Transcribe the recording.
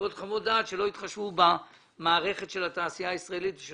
ולא התחשבו במערכת של התעשייה הישראלית ושל